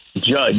judge